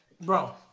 bro